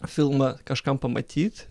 filmą kažkam pamatyt